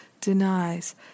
denies